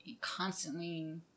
constantly